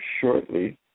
shortly